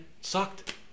sucked